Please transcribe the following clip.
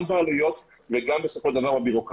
גם בעלויות ובסופו של דבר גם בבירוקרטיה.